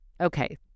Okay